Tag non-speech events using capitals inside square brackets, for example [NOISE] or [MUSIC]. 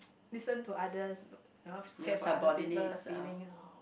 listen to others [NOISE] uh care for others people's feelings [NOISE]